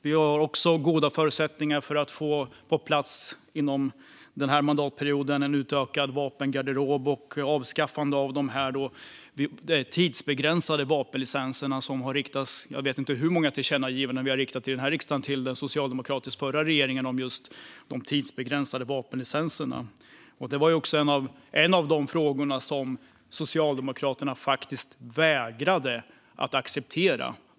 Vi har även goda förutsättningar för att under den här mandatperioden få på plats en utökad vapengarderob och ett avskaffande av de tidsbegränsade vapenlicenserna. Jag vet inte hur många tillkännagivanden vi i riksdagen riktade till den förra socialdemokratiska regeringen om just de tidsbegränsade vapenlicenserna. Det var också en av de frågor som Socialdemokraterna faktiskt vägrade att acceptera.